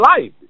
life